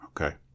Okay